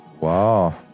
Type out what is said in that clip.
Wow